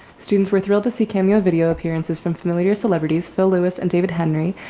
students were thrilled to see cameo video appearances from familiars celebrities, phil lewis and david henry.